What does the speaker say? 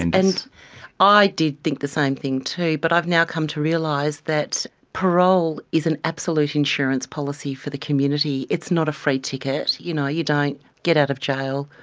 and and i did think the same thing too, but i've now come to realise that parole is an absolute insurance policy for the community, it's not a free ticket, you know, you don't get out of jail,